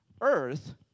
earth